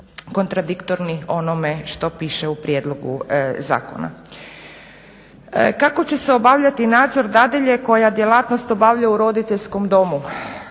Kako se će obavljati nadzor dadilje koja djelatnost obavlja u roditeljskom domu?